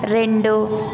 రెండు